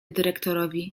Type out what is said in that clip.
dyrektorowi